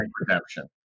redemption